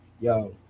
Yo